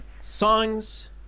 songs